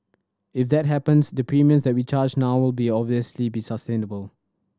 if that happens the premiums that we charge now will obviously be sustainable